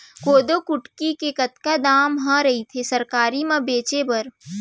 कोदो कुटकी के कतका दाम ह रइथे सरकारी म बेचे बर?